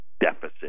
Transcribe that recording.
deficit